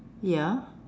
ya